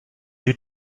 you